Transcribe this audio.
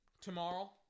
tomorrow